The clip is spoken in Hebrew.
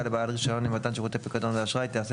לבעל רישיון למתן שירותי פיקדון ואשראי - תיעשה